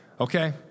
okay